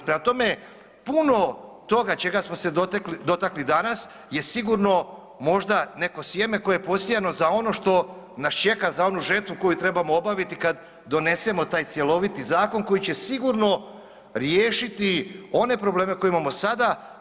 Prema tome, puno toga čega smo se dotakli danas je sigurno možda neko sjeme koje je posijano za ono što nas čeka za onu žetvu koju trebamo obaviti kad donesemo taj cjeloviti zakon koji će sigurno riješiti one probleme koje imamo sada.